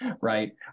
Right